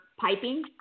piping